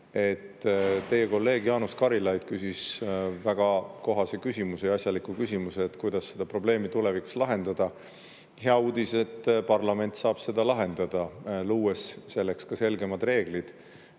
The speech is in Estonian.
Teie kolleeg Jaanus Karilaid küsis väga kohase küsimuse ja asjaliku küsimuse, et kuidas seda probleemi tulevikus lahendada. Hea uudis, et parlament saab seda lahendada, luues selleks ka selgemad reeglid.